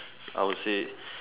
I would say